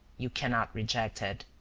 you cannot reject it.